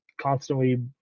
constantly